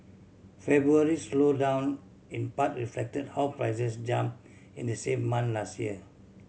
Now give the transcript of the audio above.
February slowdown in part reflected how prices jump in the same month last year